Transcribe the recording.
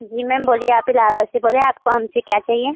जी ma'am बोलिए आप इलाहाबाद से बोल रहे आपको हमसे क्या चाहिए